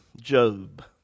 Job